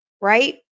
right